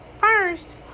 First